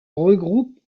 regroupe